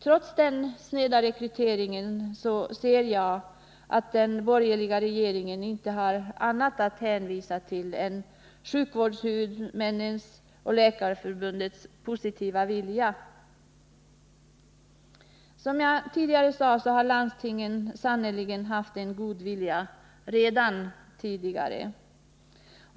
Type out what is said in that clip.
Trots den sneda rekryteringen ser jag att den borgerliga regeringen inte har annat att hänvisa till än sjukvårdshuvudmännens och Läkarförbundets positiva vilja. Som jag tidigare sade har landstingen sannerligen haft en god vilja redan tidigare.